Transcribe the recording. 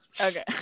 Okay